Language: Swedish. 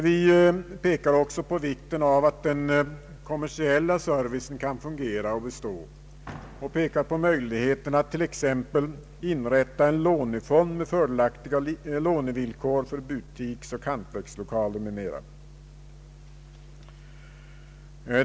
Vi pekar också på vikten av att den kommersiella servicen kan fungera och bestå samt på möjligheten att t.ex. inrätta en lånefond med fördelaktiga lånevillkor för butiksoch hantverkslokaler m.m.